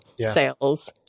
sales